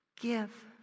Give